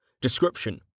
Description